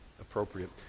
appropriate